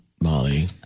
Molly